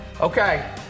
Okay